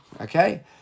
Okay